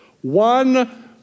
One